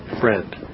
Friend